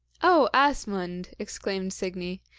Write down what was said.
oh, asmund exclaimed signy,